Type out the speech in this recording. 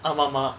ஆமா மா:aama ma